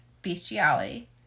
bestiality